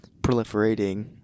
proliferating